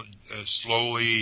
slowly